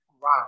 Wow